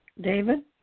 David